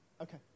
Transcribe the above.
Okay